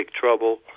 trouble